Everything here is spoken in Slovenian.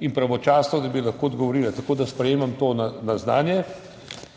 in pravočasno, da bi lahko odgovorila, tako da sprejemam to na znanje.